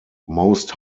most